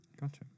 Gotcha